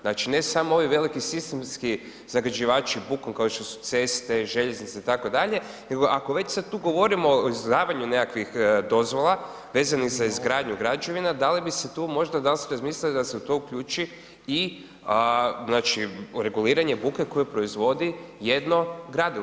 Znači ne samo ovi veliki sistemski zagađivači bukom, kao što su ceste, željeznice, itd., nego ako već sad tu govorimo o izdavanju nekakvih dozvola, vezanih za izgradnju građevina, da li bi se tu možda, da li ste razmislili da se u to uključi i reguliranje buke koje proizvodi jedno gradilište.